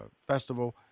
Festival